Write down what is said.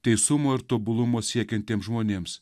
teisumo ir tobulumo siekiantiems žmonėms